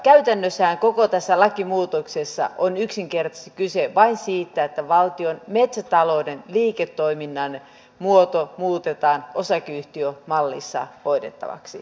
käytännössähän koko tässä lakimuutoksessa on yksinkertaisesti kyse vain siitä että valtion metsätalouden liiketoiminnan muoto muutetaan osakeyhtiömallissa hoidettavaksi